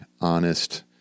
honest